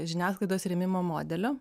žiniasklaidos rėmimo modelio